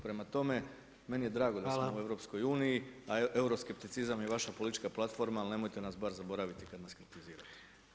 Prema tome, meni je drago da smo u EU—u, a euroskepticizam je vaša politička platforma ali nemojte nas bar zaboraviti kad nas kritizirate.